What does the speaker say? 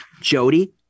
jody